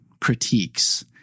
critiques